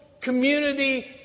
community